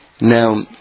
Now